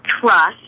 trust